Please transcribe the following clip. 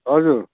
हजुर